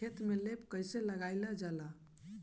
खेतो में लेप कईसे लगाई ल जाला?